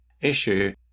issue